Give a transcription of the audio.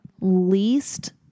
least